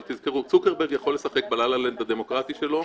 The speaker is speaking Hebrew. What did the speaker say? אבל תזכרו צוקרברג יכול לשחק בלה-לה לנד הדמוקרטי שלו.